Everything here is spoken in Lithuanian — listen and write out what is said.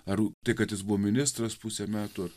ar tai kad jis buvo ministras pusę metų